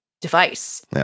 device